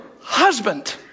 husband